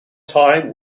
time